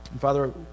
Father